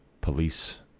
police